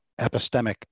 epistemic